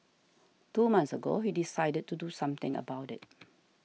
two months ago he decided to do something about it